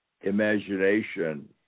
imagination